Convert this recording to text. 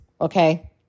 okay